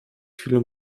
chwilą